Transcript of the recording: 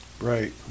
right